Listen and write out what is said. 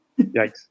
Yikes